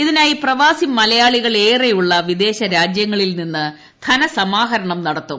ഇതിനായി പ്രവാസി മലയാളികൾ ഏറെയുളള വിദേശ രാജ്യങ്ങളിൽ നിന്ന് ധനസമാഹരണം നടത്തും